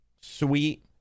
sweet